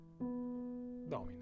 dominant